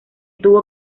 tuvo